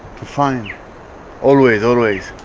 to find always, always